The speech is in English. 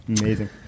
amazing